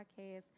podcast